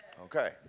Okay